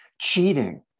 cheating